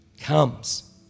comes